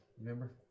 Remember